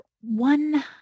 One